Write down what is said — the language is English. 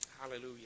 Hallelujah